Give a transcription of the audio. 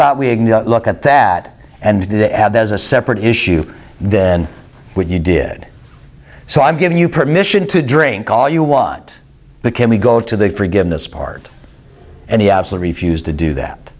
about we look at that and as a separate issue then what you did so i'm giving you permission to drink all you wot became we go to the forgiveness part and the absolute refuse to do that